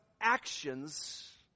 actions